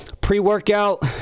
pre-workout